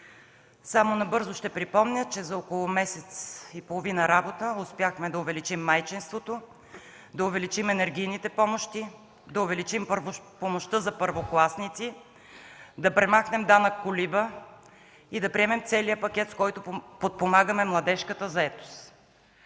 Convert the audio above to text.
само ще припомня, че за около месец и половина работа успяхме да увеличим помощите за майчинство, енергийните помощи, помощта за първокласници, да премахнем данък „колиба” и да приемем целия пакет, с който подпомагаме младежката заетост,